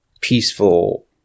peaceful